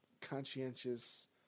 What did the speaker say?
conscientious